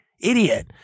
idiot